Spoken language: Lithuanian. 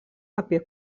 apie